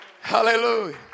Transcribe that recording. Hallelujah